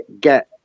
get